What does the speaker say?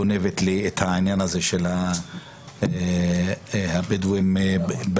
גונבת לי את העניין של הבדואים בדרום.